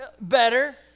Better